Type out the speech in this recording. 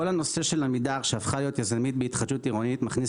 כל הנושא של עמידר שהפכה להיות יזמית בהתחדשות עירונית מכניס